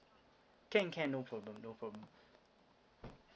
can can no problem no problem